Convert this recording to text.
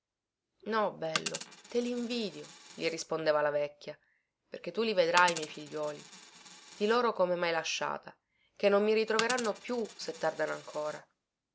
no bello te li invidio gli rispondeva la vecchia perché tu li vedrai i miei figliuoli di loro come mhai lasciata che non mi ritroveranno più se tardano ancora